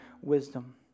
wisdom